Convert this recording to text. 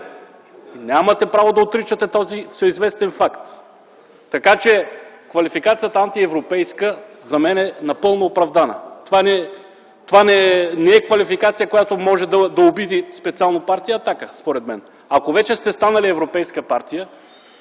Нямате правото да отричате този всеизвестен факт. Така че, квалификацията „антиевропейска” за мен е напълно оправдана. Това не е квалификация, която може да обиди специално Партия „Атака”, според мен. Ако вече сте станали европейска партия